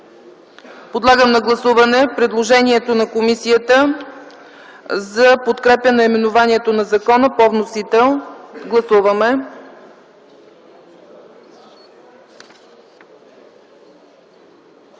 Подлагам на гласуване предложението на комисията за подкрепа наименованието на закона по вносител. Гласували